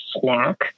snack